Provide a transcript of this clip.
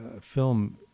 film